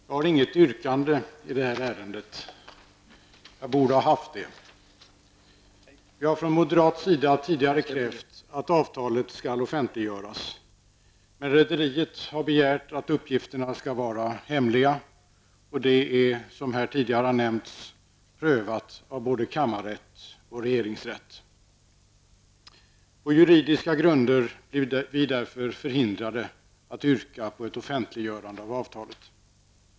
Fru talman! Jag har inget yrkande i detta ärende, men jag borde ha haft det. Vi har från moderat sida tidigare krävt att avtalet skall offentliggöras. Men rederiet har begärt att uppgifterna skall vara hemliga, och detta har, som tidigare har nämnts, prövats av både kammarrätt och regeringsrätt. På juridiska grunder blir vi därför förhindrade att yrka på ett offentliggörande av avtalet.